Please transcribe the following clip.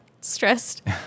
stressed